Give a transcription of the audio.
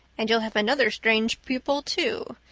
and you'll have another strange pupil, too.